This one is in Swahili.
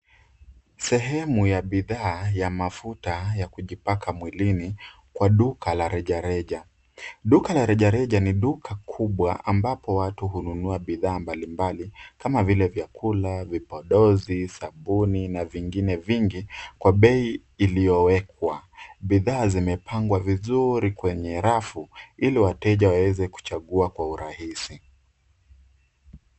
Sehemu ya bidhaa ya mafuta ya kujipaka mwilini kwa duka la rejareja. Duka la rejareja ni duka kubwa ambapo watu hununua bidhaa mbalimbali kama vile vyakula, vipodozi, sabuni na vingine vingi kwa bei iliyowekwa. Bidhaa zimepangwa vizuri kwenye rafu ili wateja waweze kuchagua kwa urahisi.